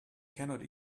cannot